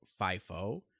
FIFO